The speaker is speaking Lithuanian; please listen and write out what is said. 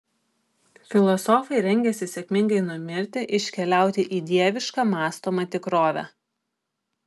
filosofai rengiasi sėkmingai numirti iškeliauti į dievišką mąstomą tikrovę